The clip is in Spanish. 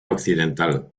occidental